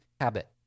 habit